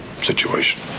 situation